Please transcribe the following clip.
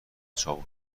چاقو